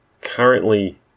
currently